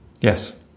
Yes